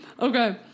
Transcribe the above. okay